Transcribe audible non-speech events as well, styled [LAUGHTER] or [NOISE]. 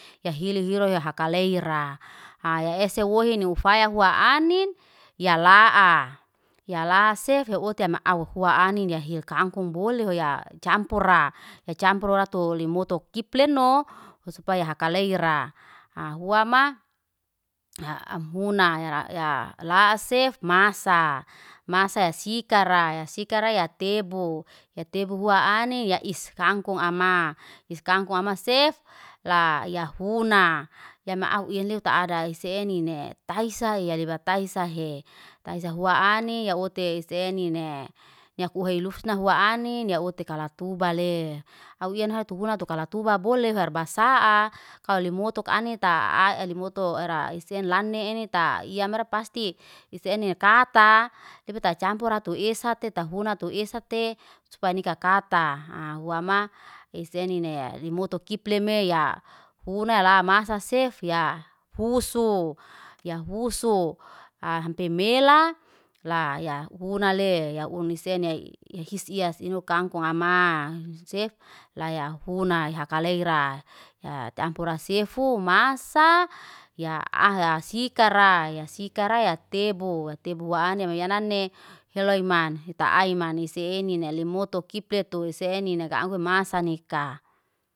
Ya hili hiro ya hakaleira, hai ese wohin ni ufaya hua anin, ya la'a. Ya la sef, ya otia ma aufua anin ya hir kangkung bole hwoya. Campura, ya campura tu limoto kipleno. Supaya hakaleiraa. Huama [HESITATION] am huna ya sef masa. Masa sikara, sikara ya tebu. Ya tebu hua anin, yais kangkunga ama. Is kangkunga ama sef, la yafuna. Ya ma au, yen leu ta adai sef senine. Taisa ya leba taisa he, taisa hua anin ya ote senine. Ya kuhai lufanai hua anin ya otikala tubale. Awian ha tubuna tukala tuba bole ferbasaa, kalemutuka ani ta [HESITATION] alimoto ra isen lane ene ta yamra pasti. Isiene karta, ibetaka campura tu esa te tafuna tu esa te. Supaya ni kakata, ahuama ese ni ne. Li moto kiple me ya funa la masa sef ya fusu. Ya fusuf a hampe me la ya funa le. Ya unsene his iya sino kangkung ama sef, laya funa hakaleira ya campura sifu masa ya sikara. Ya sikara ya tebu, ya tebu anin ya nane heloy man. Ita ai man, ita ai man isi eni ne limotuk kiple tu senine kamflu masaa nikaa.